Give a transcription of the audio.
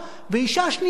ואשה שנייה,